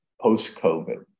post-COVID